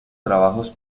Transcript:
trabajos